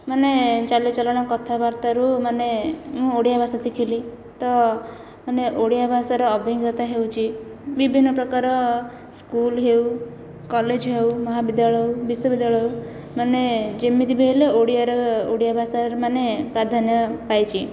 ମାନେ ଚାଲିଚଲଣ କଥାବାର୍ତ୍ତାରୁ ମାନେ ମୁଁ ଓଡ଼ିଆ ଭାଷା ଶିଖିଲି ତ ମାନେ ଓଡ଼ିଆ ଭାଷାର ଅଭିଜ୍ଞତା ହେଉଛି ବିଭିନ୍ନ ପ୍ରକାର ସ୍କୁଲ ହେଉ କଲେଜ ହେଉ ମହାବିଦ୍ୟାଳୟ ହେଉ ବିଶ୍ୱବିଦ୍ୟାଳୟ ହେଉ ମାନେ ଯେମିତିବି ହେଲେ ଓଡ଼ିଆର ଓଡ଼ିଆ ଭାଷା ମାନେ ପ୍ରାଧାନ୍ୟ ପାଇଛି